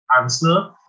answer